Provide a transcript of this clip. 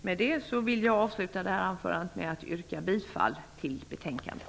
Med det anförda yrkar jag bifall till hemställan i betänkandet.